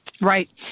Right